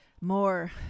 more